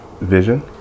vision